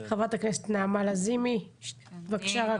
ח"כ נעמה לזימי בבקשה.